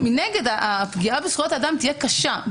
מנגד הפגיעה בזכויות האדם תהיה קשה.